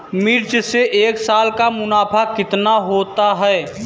मिर्च से एक साल का मुनाफा कितना होता है?